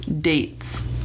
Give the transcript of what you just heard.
dates